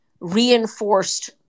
reinforced